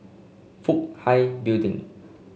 Fook Hai Building